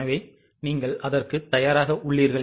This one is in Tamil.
எனவே நீங்கள் அதற்கு தயாராக உள்ளீர்கள்